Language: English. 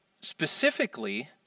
specifically